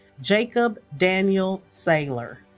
jacob daniel sayler